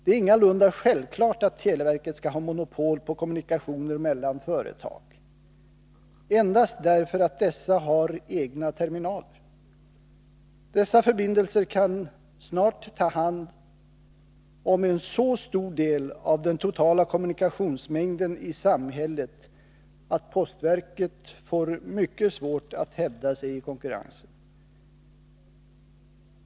Det är ingalunda självklart att televerket skall ha monopol på kommunikationer mellan företag, endast därför att dessa har egna terminaler. Dessa förbindelser kan snart ta hand om en så stor del av den totala kommunikationsmängden i samhället att postverket får mycket svårt att hävda sig i konkurrensen.